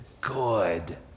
good